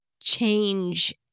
change